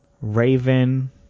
Raven